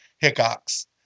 Hickox